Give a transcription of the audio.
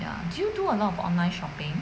ya do you do a lot of online shopping